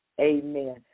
Amen